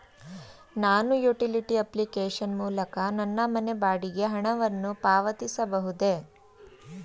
ನಾನು utility application ಮೂಲಕ ನನ್ನ ಮನೆ ಬಾಡಿಗೆ ಹಣವನ್ನು ಪಾವತಿಸಬಹುದೇ?